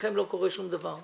מבחינתכם לא קורה שום דבר.